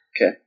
Okay